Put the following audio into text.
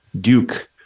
Duke